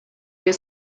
dio